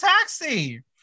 taxi